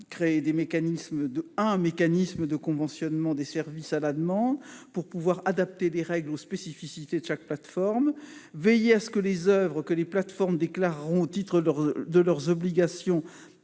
créer un mécanisme de conventionnement des services à la demande pour pouvoir adapter les règles aux spécificités de chaque plateforme et de veiller à ce que les oeuvres que les plateformes déclareront au titre de leurs obligations